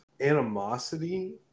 animosity